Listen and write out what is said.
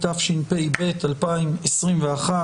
התשפ"ב-2021,